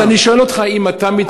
אז אני שואל אותך אם אתה מתכונן,